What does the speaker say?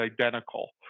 identical